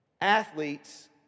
athletes